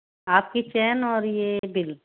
आपकी चेन और ये बिल